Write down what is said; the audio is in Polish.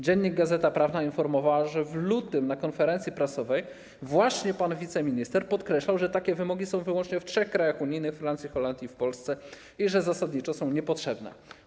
Dziennik Gazeta Prawna” informował, że w lutym na konferencji prasowej właśnie pan wiceminister podkreślał, że takie wymogi są wyłącznie w trzech krajach unijnych: Francji, Holandii i Polsce, i że zasadniczo są niepotrzebne.